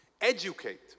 Educate